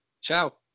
Ciao